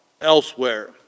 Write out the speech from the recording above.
elsewhere